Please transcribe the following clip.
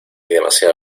demasiado